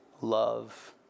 love